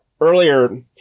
earlier